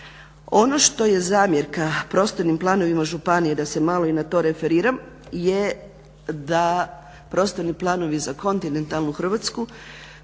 Ono što je zamjerka prostornim planovima u županiji da se malo i na to referiram je da prostorni planovi za kontinentalnu Hrvatsku,